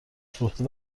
فروخته